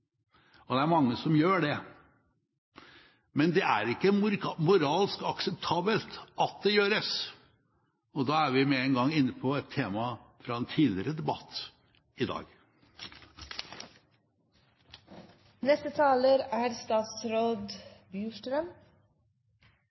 og det er mange som gjør det. Men det er ikke moralsk akseptabelt at det gjøres, og da er vi med en gang inne på et tema fra en tidligere debatt i